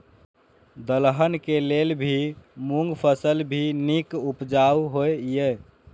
दलहन के लेल भी मूँग फसल भी नीक उपजाऊ होय ईय?